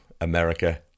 America